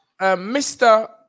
Mr